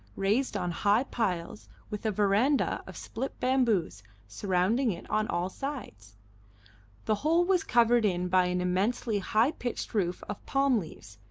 raised on high piles, with a verandah of split bamboos surrounding it on all sides the whole was covered in by an immensely high-pitched roof of palm-leaves,